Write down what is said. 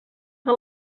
que